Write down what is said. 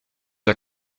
are